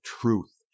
truth